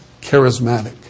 charismatic